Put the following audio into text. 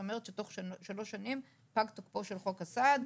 שאומרת שתוך שלוש שנים פג תוקפו של חוק הסעד,